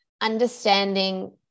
understanding